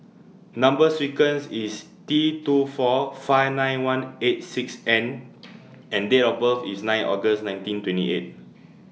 Number sequence IS T two four five nine one eight six N and Date of birth IS nine August nineteen twenty eight